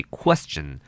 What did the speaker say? question